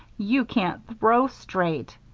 you can't throw straight.